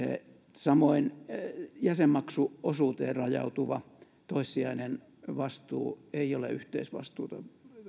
samoin jäsenmaksuosuuteen rajautuva toissijainen vastuu ei ole yhteisvastuuta